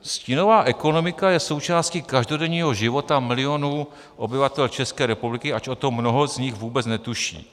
Stínová ekonomika je součástí každodenního života milionů obyvatel České republiky, ač to mnoho z nich vůbec netuší.